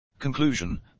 Conclusion